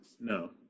no